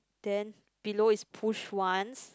then below is pushed once